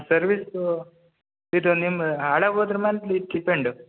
service ಇದು ನಿಮ್ಮ ಹಳೆ ಹೋದ ಮೇಲೆ ಚಿಪ್ಪು ಎಂಡು